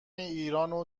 ایرانو